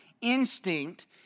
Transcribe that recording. instinct